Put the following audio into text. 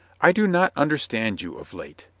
i do not understand you of late.